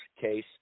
case